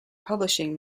publishing